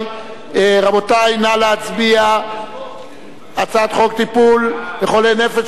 אורלב בעניין הצעת חוק טיפול בחולי נפש